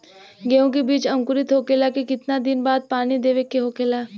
गेहूँ के बिज अंकुरित होखेला के कितना दिन बाद पानी देवे के होखेला?